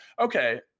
okay